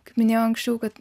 kaip minėjau anksčiau kad